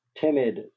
timid